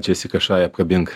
džesika shy apkabink